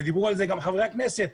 דיברו על זה גם חברי הכנסת.